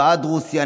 בעד רוסיה,